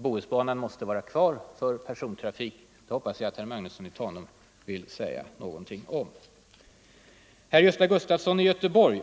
Bohusbanan måste vara kvar för persontrafik. Herr Gösta Gustafsson i Göteborg